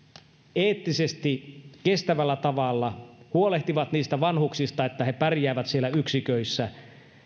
eettisesti kestävällä tavalla huolehtivat niistä vanhuksista että he pärjäävät siellä yksiköissä